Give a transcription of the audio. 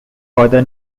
further